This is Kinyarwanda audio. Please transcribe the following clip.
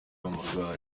umurwayi